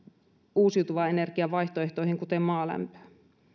uusiutuvan energian vaihtoehtoihin kuten maalämpöön